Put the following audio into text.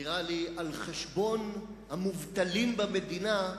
נראה לי על-חשבון המובטלים במדינה,